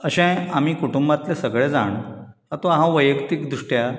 अशें आमी कुटुंबातले सगळे जाण अतू हांव वैयक्तीक दृश्ट्या